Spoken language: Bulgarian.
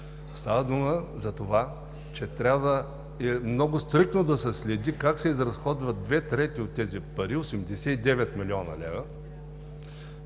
Става дума, че трябва много стриктно да се следи как се изразходват две трети от тези пари – 89 млн. лв.,